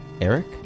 Eric